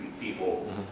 people